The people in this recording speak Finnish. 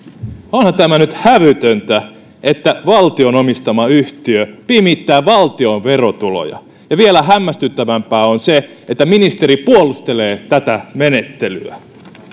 onhan tämä nyt hävytöntä että valtion omistama yhtiö pimittää valtion verotuloja ja vielä hämmästyttävämpää on se että ministeri puolustelee tätä menettelyä